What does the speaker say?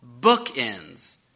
bookends